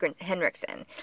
Henriksen